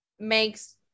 makes